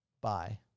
Bye